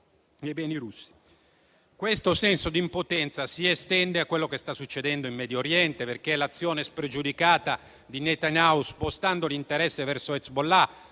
Questo senso di impotenza si estende a quello che sta succedendo in Medio Oriente, perché è evidente che l'azione spregiudicata di Netanyahu, spostando l'interesse verso Hezbollah,